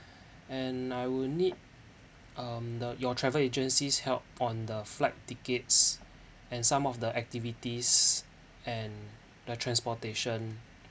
and I will need um the your travel agency's help on the flight tickets and some of the activities and the transportation